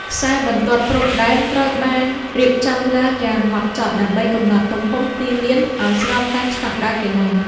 ខ្សែបន្ទាត់ព្រំដែនត្រូវបានរៀបចំឡើងយ៉ាងហ្មត់ចត់ ដើម្បីកំណត់ទំហំទីលានឱ្យស្របតាមស្ដង់ដារកីឡា។